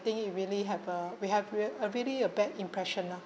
think it really have a we have rea~ a really a bad impression lah